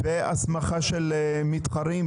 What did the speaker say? והסמכה של מתחרים?